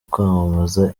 kwamamaza